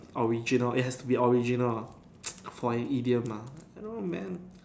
original it has to be original ah for an idiom meh I know man